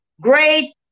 great